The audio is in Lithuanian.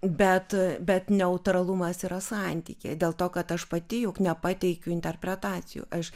bet bet neutralumas yra santykyje dėl to kad aš pati juk nepateikiu interpretacijų aš